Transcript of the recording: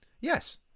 Yes